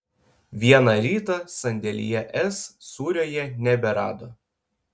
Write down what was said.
vieną rytą sandėlyje s sūrio jie neberado